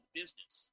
business